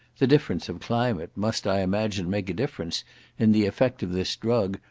the difference of climate must, i imagine, make a difference in the effect of this drug,